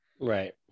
Right